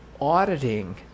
auditing